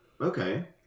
okay